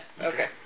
Okay